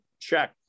check